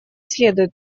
следует